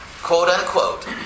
quote-unquote